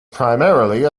primarily